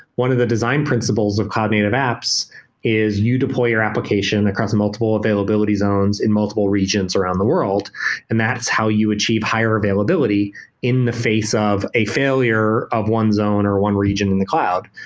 one of the design principles of cloud-native apps is you deploy your application across a multiple availability zones in multiple regions around the world and that's how you achieve higher availability in the face of a failure of one zone or one region in the cloud.